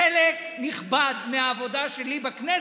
חלק נכבד מהעבודה שלי בכנסת,